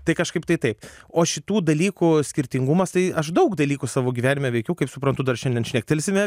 tai kažkaip tai taip o šitų dalykų skirtingumas tai aš daug dalykų savo gyvenime veikiau kaip suprantu dar šiandien šnektelsime